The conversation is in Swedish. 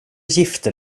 gifte